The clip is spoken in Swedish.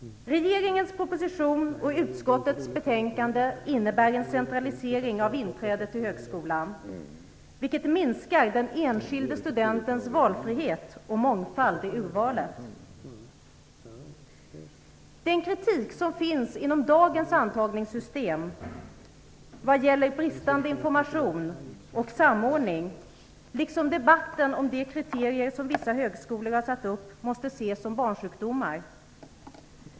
Regeringens proposition och utskottets betänkande innebär en centralisering av inträdet till högskolan, vilket minskar den enskilde studentens valfrihet och mångfald i urvalet. Den kritik som finns inom dagens antagningssystem vad gäller bristande information och samordning, liksom debatten om de kriterier som vissa högskolor har satt upp måste ses som barnsjukdomar.